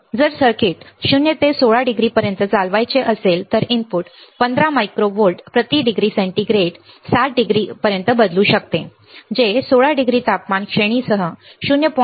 तर जर सर्किट 0 ते 16 डिग्री पर्यंत चालवायचे असेल तर इनपुट 15 मायक्रो व्होल्ट प्रति डिग्री सेंटीग्रेड 60 डिग्री पर्यंत बदलू शकते जे 16 डिग्री तापमान श्रेणीपेक्षा 0